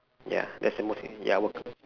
ya that's the most ya I work